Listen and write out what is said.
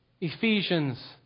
Ephesians